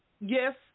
yes